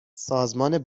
سازمان